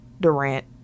Durant